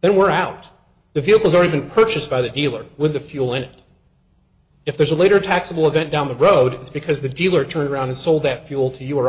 then we're out the field has already been purchased by the dealer with the fuel and if there's a later taxable event down the road it's because the dealer turned around a sold that fuel to you or